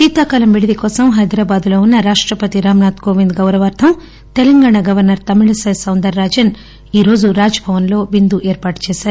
శీతాకాలం విడిది కోసం హైదరాబాద్లో ఉన్న రాష్టపతి రామనాథ్ కోవింద్ గౌరవార్గం తెలంగాణ గవర్నర్ తమిళిసై సౌందర్ రాజన్ ఈ రోజు రాజ్ భవన్ లో విందు ఏర్పాటు చేశారు